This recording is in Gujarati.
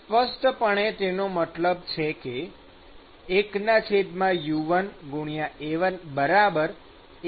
સ્પષ્ટપણે તેનો મતલબ છે કે 1U1A1 1U2A3